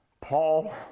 Paul